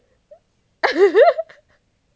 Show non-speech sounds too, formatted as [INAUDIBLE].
[LAUGHS]